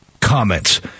comments